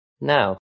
No